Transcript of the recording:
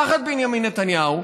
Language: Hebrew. תחת בנימין נתניהו,